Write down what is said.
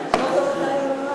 התשע"ד 2013,